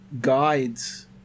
guides